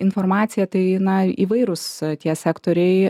informacija tai na įvairūs tie sektoriai